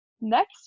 next